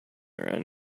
around